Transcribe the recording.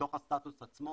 מתוך הסטטוס עצמו,